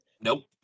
Nope